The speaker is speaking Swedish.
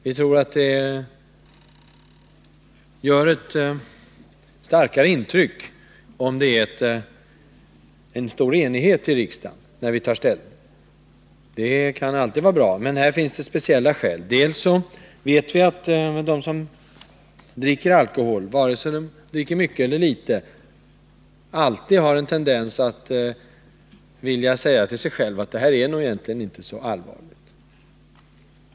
Vi tror att det gör ett starkare intryck om det råder stor enighet i riksdagen när vi tar ställning till frågan. Det kan alltid vara bra. Men här föreligger speciella skäl. För det första vet vi att de människor som dricker alkohol -— vare sig de dricker mycket eller litet — alltid har en tendens att säga till sig själva, att det här är nog inte så allvarligt.